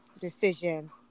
decision